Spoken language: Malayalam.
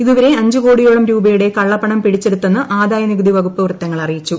ഇതുവരെ അഞ്ച് കോടിയോളം രൂപയുടെ കളളപ്പണം പിടിച്ചെടുത്തെന്ന് ആദായനികുതിവകുപ്പ് വൃത്തങ്ങൾ അറിയിച്ചു